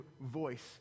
voice